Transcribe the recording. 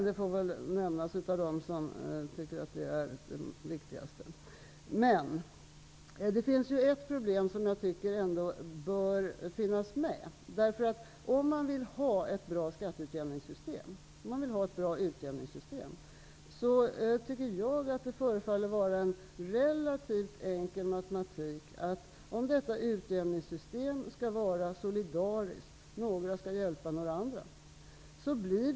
Det får väl tas upp av dem som tycker att klimatet där är viktigast att tala om. Det finns en problemställning som jag tycker bör finnas med. Om man vill ha ett bra solidariskt skatteutjämningssystem, där några hjälper några andra, måste några solidariskt betala litet mer för att andra inte skall ha en fullständigt orimlig situation.